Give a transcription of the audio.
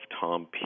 Tom